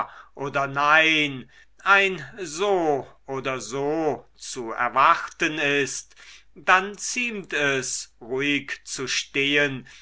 oder nein ein so oder so zu erwarten ist dann ziemt es ruhig zu stehen